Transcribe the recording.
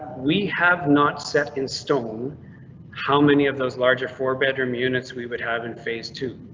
we have not set in stone how many of those larger four bedroom units we would have in phase two.